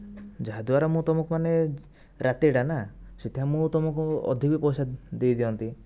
ଯାହାଦ୍ୱାରା ମୁ ତୁମକୁ ମାନେ ରାତି ଟା ନା ସେଥିପାଇଁ ମୁ ତୁମକୁ ଅଧିକ ପଇସା ଦେଇଦିଅନ୍ତି